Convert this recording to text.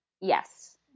Yes